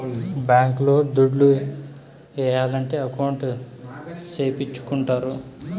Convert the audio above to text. bank లో దుడ్లు ఏయాలంటే అకౌంట్ సేపిచ్చుకుంటారు